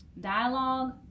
Dialogue